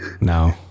No